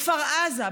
בכפר עזה,